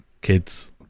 kids